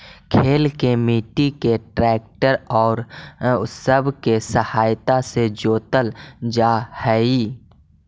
खेत के मट्टी के ट्रैक्टर औउर सब के सहायता से जोतल जा हई